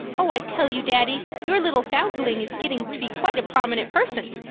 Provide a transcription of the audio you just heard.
oh, i tell you, daddy, your little foundling is getting to be quite a prominent person!